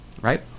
right